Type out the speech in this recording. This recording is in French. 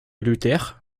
luther